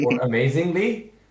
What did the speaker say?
amazingly